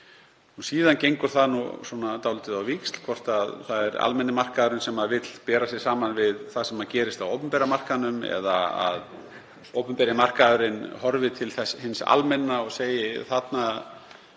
Síðan gengur það nú dálítið á víxl hvort það er almenni markaðurinn sem vill bera sig saman við það sem gerist á opinbera markaðnum eða að opinberi markaðurinn horfi til hins almenna og segi: Þarna